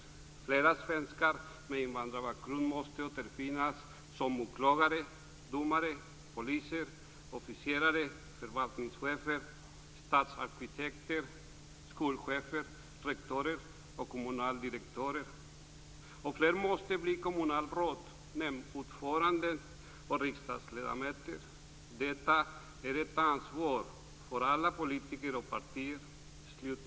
Fler svenskar med invandrarbakgrund måste återfinnas som åklagare, domare, poliser, officerare, förvaltningschefer, stadsarkitekter, skolchefer, rektorer och kommunaldirektörer. Och fler måste bli kommunalråd, nämndordförande och riksdagsledamöter. Detta är ett ansvar för alla politiker och partier."